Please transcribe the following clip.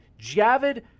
Javid